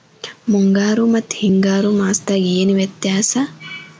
ಮುಂಗಾರು ಮತ್ತ ಹಿಂಗಾರು ಮಾಸದಾಗ ಏನ್ ವ್ಯತ್ಯಾಸ?